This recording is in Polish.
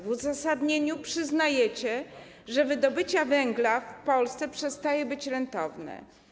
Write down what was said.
W uzasadnieniu przyznajecie, że wydobycie węgla w Polsce przestaje być rentowne.